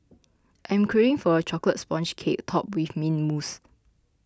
I am craving for a Chocolate Sponge Cake Topped with Mint Mousse